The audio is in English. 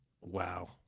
Wow